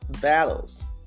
battles